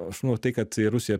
aš manau tai kad ir rusija